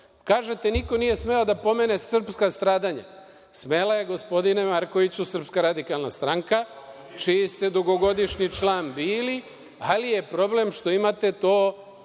28?Kažete - niko nije smeo da pomene srpska stradanja. Smela je, gospodine Markoviću, Srpska radikalna stranka, čiji ste dugogodišnji član bili, ali je problem što imate tu